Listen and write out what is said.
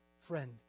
friend